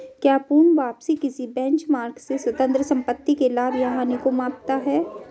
क्या पूर्ण वापसी किसी बेंचमार्क से स्वतंत्र संपत्ति के लाभ या हानि को मापता है?